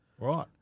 right